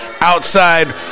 outside